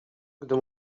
gdy